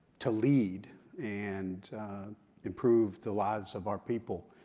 to lead and improve the lives of our people,